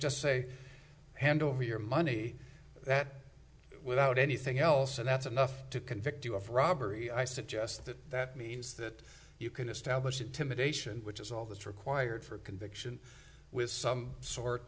just say hand over your money that without anything else and that's enough to convict you of robbery i suggest that that means that you can establish intimidation which is all that's required for a conviction with some sort